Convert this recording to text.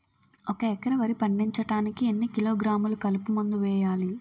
ఒక ఎకర వరి పండించటానికి ఎన్ని కిలోగ్రాములు కలుపు మందు వేయాలి?